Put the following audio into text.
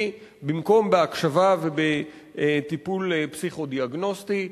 במקום בהקשבה ובטיפול פסיכו-דיאגנוסטי.